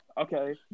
Okay